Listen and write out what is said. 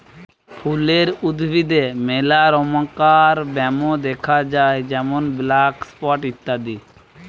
ফুলের উদ্ভিদে মেলা রমকার ব্যামো দ্যাখা যায় যেমন ব্ল্যাক স্পট ইত্যাদি